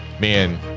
man